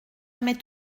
m’est